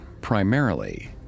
primarily